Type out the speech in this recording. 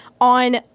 on